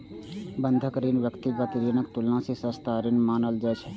बंधक ऋण व्यक्तिगत ऋणक तुलना मे सस्ता ऋण मानल जाइ छै